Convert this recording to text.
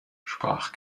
sprach